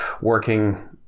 working